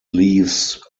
leaves